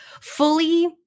fully